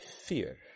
fear